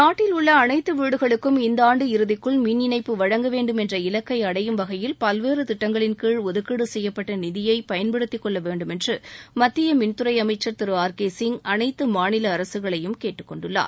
நாட்டில் உள்ள அனைத்து வீடுகளுக்கும் இந்த ஆண்டு இறுதிக்குள் மின் இணைப்பு வழங்க வேண்டும் என்ற இலக்கை அடையும் வகையில் பல்வேறு திட்டங்களின்கீழ் ஒதுக்கீடு செய்யப்பட்ட நிதியை பயன்படுத்திக் கொள்ள வேண்டும் என்று மத்திய மின்துறை அமைச்சர் திரு ஆர் கே சிங் அனைத்து மாநில அரசக்களையும் கேட்டுக்கொண்டுள்ளார்